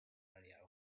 área